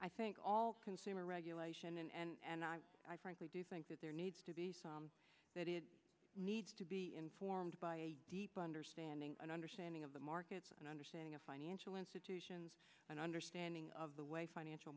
i think all consumer regulation and i frankly do think that there needs to be that it needs to be informed by a deep understanding and understanding of the markets an understanding of financial institutions an understanding of the way financial